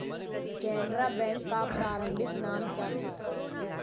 Canara bank का प्रारंभिक नाम क्या था?